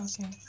Okay